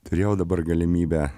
turėjau dabar galimybę